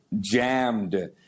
jammed